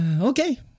Okay